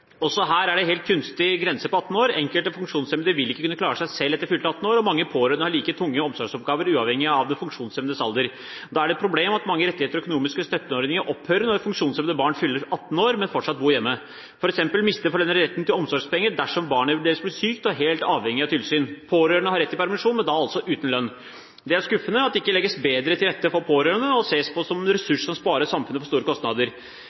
Også her er det en helt kunstig grense på 18 år. Enkelte funksjonshemmede vil ikke kunne klare seg selv etter fylte 18 år, og mange pårørende har like tunge omsorgsoppgaver, uavhengig av den funksjonshemmedes alder. Da er det et problem at mange rettigheter og økonomiske støtteordninger opphører når funksjonshemmede barn fyller 18 år, men fortsatt bor hjemme. For eksempel mister foreldrene retten til omsorgspenger dersom barnet deres blir sykt og er helt avhengig av tilsyn. Pårørende har rett til permisjon, men da uten lønn. Det er skuffende at det ikke legges bedre til rette for pårørende, og at de ses på som en ressurs som sparer samfunnet for store kostnader.